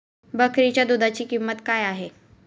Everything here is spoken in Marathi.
बकरीच्या दूधाची किंमत काय आहे?